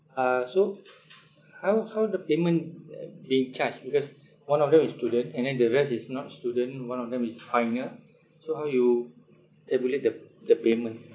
uh so how how the payment uh they charge because one of them is student and then the rest is not student one of them is pioneer so how you tabulate the p~ the payment